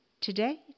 Today